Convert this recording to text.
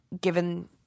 given